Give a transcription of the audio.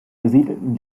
besiedelten